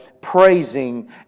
praising